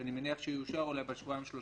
שאני מניח שיאושר אולי בשבועיים-שלושה